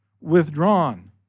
withdrawn